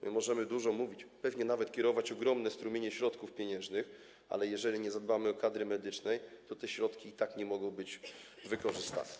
My możemy dużo mówić, pewnie nawet kierować ogromne strumienie środków pieniężnych, ale jeżeli nie zadbamy o kadry medyczne, to te środki i tak nie mogą być wykorzystane.